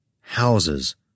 Houses